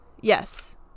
yes